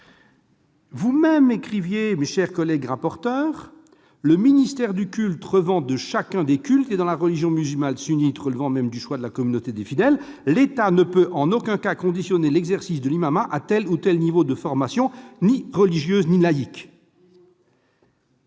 madame Goulet, monsieur Reichardt, que « le ministère du culte relevant de chacun des cultes et, dans la religion musulmane sunnite, relevant même du choix de la communauté des fidèles, l'État ne peut en aucun cas conditionner l'exercice de l'imamat à tel ou tel niveau de formation, ni religieuse ni laïque ».